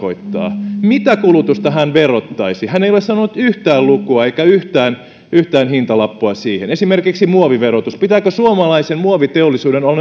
konkreettisesti tarkoittaa mitä kulutusta hän verottaisi hän ei ole sanonut yhtään lukua eikä yhtään yhtään hintalappua siihen esimerkiksi muoviverotus pitääkö suomalaisen muovi teollisuuden olla